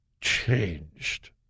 changed